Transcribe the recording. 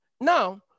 now